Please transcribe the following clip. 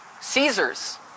Caesar's